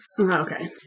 Okay